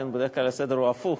בדרך כלל הסדר הוא הפוך,